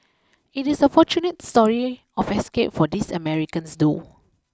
it is a fortunate story of escape for these Americans though